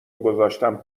گذاشتم